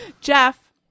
Jeff